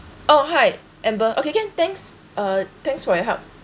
oh hi amber okay can thanks uh thanks for your help